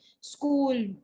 school